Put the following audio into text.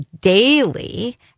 daily